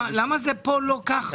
למה זה פה לא כך?